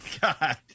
God